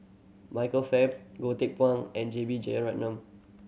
Michael Fam Goh Teck Phuan and J B Jeyaretnam